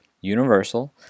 universal